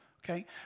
Okay